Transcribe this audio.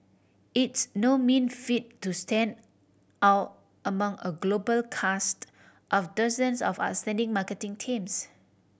it's no mean feat to stand out among a global cast of dozens of outstanding marketing teams